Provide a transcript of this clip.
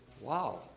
Wow